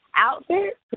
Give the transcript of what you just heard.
Outfit